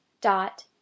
dot